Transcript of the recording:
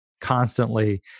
constantly